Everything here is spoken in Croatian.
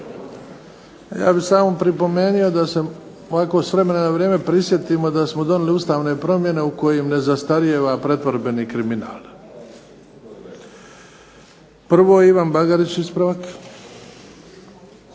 Ja bih samo pripomenuo da se ovako s vremena na vrijeme prisjetimo da smo donijeli ustavne promjene u kojim ne zastarijeva pretvorbeni kriminal. Prvo Ivan Bagarić, ispravak.